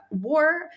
War